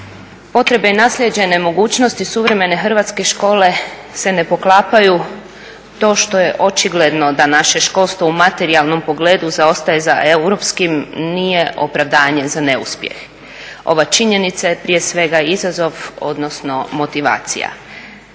Potrebe naslijeđene mogućnosti suvremene hrvatske škole se ne poklapaju, to što je očigledno da naše školstvo u materijalnom pogledu zaostaje za europskim nije opravdanje za neuspjeh. Ova činjenica je prije svega izazov odnosno motivacija.